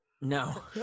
No